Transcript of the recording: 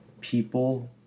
people